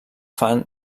fan